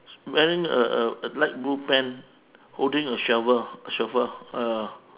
wearing a a a light blue pant holding a shovel shovel ah